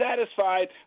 satisfied